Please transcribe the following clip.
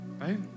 right